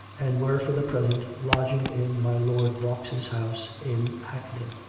and were for the present lodging in my lord vaux's house in hack ney.